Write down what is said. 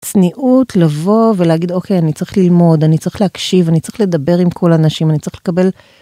צניעות, לבוא ולהגיד אוקיי אני צריך ללמוד, אני צריך להקשיב, אני צריך לדבר עם כל האנשים, אני צריך לקבל.